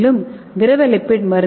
மேலும் திரவ லிப்பிட்